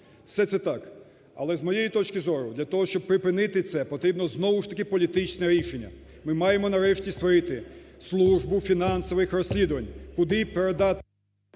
Все це так. Але, з моєї точки зору, для того, щоби припинити це, потрібно, знову ж таки, політичне рішення. Ми маємо нарешті створити службу фінансових розслідувань, куди передати…